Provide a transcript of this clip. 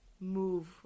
Move